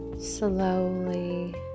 slowly